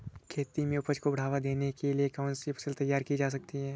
खेती में उपज को बढ़ावा देने के लिए कौन सी फसल तैयार की जा सकती है?